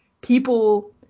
people